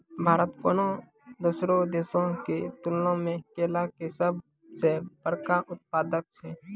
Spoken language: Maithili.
भारत कोनो दोसरो देशो के तुलना मे केला के सभ से बड़का उत्पादक छै